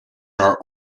are